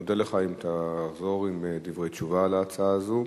נודה לך אם תחזור עם דברי תשובה להצעה הזאת.